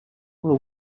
were